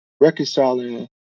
reconciling